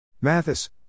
Mathis